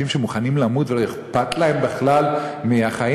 שמוכנים למות ולא אכפת להם בכלל מהחיים,